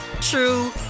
true